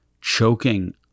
choking